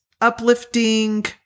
uplifting